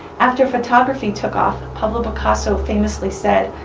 after photography took off, pablo picasso famously said,